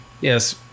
Yes